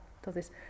entonces